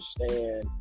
understand